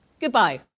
goodbye